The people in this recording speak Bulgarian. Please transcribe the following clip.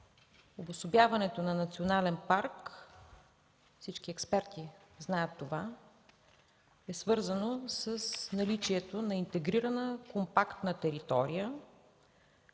обособяването на национален парк, всички експерти знаят това, е свързано с наличието на интегрирана компактна територия,